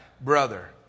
brother